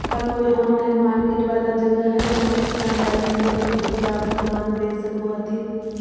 का कोई online market वाला जगह हइ जहां किसान डायरेक्ट अप्पन उपजावल समान बेच सको हथीन?